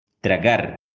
tragar